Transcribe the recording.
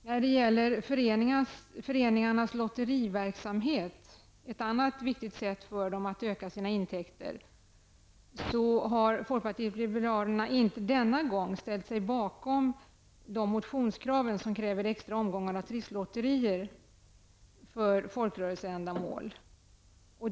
När det gäller föreningarnas lotteriverksamhet -- ett annat viktigt sätt för föreningarna att öka sina intäkter -- har folkpartiet liberalerna denna gång inte ställt sig bakom motionskraven beträffande extra omgångar av trisslotterier för folkrörelseändamål.